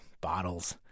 bottles